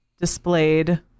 displayed